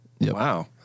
Wow